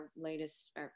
latest